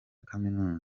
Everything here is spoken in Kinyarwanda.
kaminuza